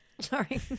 Sorry